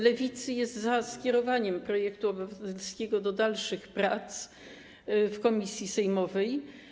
Lewica jest za skierowaniem projektu obywatelskiego do dalszych prac w komisji sejmowej.